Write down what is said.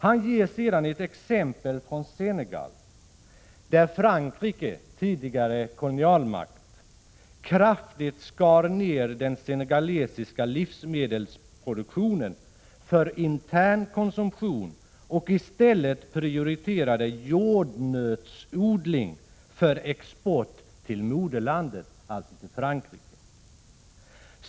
Han ger sedan ett exempel från Senegal, där den tidigare kolonialmakten Frankrike kraftigt skar ner den senegalesiska livsmedelsproduktionen för intern konsumtion och i stället prioriterade jordnötsodling för export till moderlandet, alltså till Frankrike.